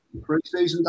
Preseason